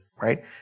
Right